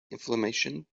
inflammation